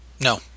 No